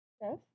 Yes